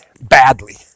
badly